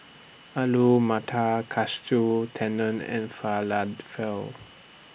Alu Matar Katsu Tendon and Falafel